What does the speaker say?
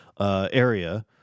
Area